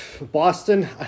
Boston